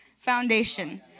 foundation